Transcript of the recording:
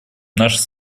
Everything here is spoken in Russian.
наши